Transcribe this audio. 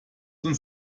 uns